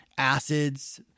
acids